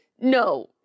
No